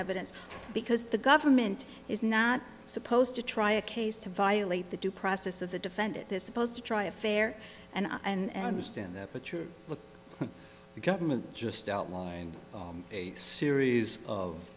evidence because the government is not supposed to try a case to violate the due process of the defendant this supposed to try a fair and and understand that but your government just outlined a series